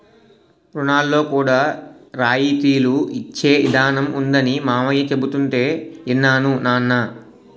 రుణాల్లో కూడా రాయితీలు ఇచ్చే ఇదానం ఉందనీ మావయ్య చెబుతుంటే యిన్నాను నాన్నా